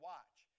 Watch